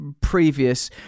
previous